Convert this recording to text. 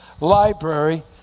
library